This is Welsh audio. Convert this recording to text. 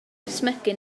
ysmygu